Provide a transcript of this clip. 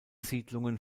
siedlungen